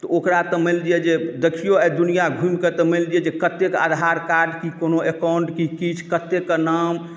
तऽ ओकरा तऽ मानि लिअ जे देखिऔ आइ दुनिया घुमिके तऽ मानि लिअ जे कत्तेक आधार कार्ड कि कोनो अकाउंट की किछु कत्तेके नाम